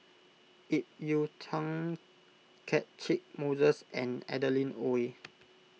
Ip Yiu Tung Catchick Moses and Adeline Ooi